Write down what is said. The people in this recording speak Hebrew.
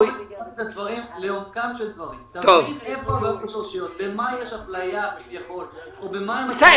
--- לעומקם של דברים --- במה יש אפליה כביכול --- בסדר,